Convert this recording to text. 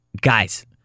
guys